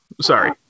Sorry